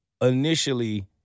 initially